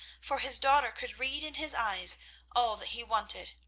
for his daughter could read in his eyes all that he wanted.